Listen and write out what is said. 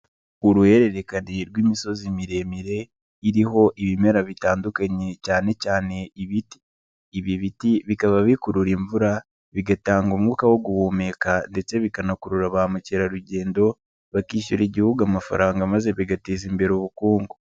Uruhererekane rw'imisozi miremire, iriho ibimera bitandukanye cyane cyane ibiti. Ibi biti bikaba bikurura imvura ,bigatanga umwuka wo guhumeka ndetse bikanakurura ba mukerarugendo, bakishyura Igihugu amafaranga maze bigateza imbere ubukungu.